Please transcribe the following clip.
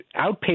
Outpatient